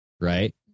Right